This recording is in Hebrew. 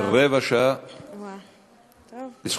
רבע שעה לזכותך.